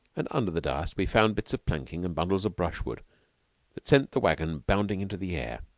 and under the dust we found bits of planking and bundles of brushwood that sent the wagon bounding into the air.